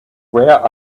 where